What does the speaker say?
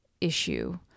issue